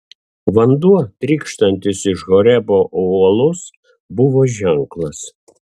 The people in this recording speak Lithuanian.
vanduo trykštantis iš horebo uolos buvo ženklas